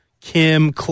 Kim